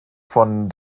von